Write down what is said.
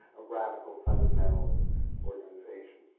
a radical fundamentalist organisation.